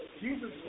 Jesus